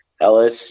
Ellis